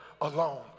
alone